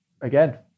again